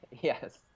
Yes